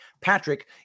Patrick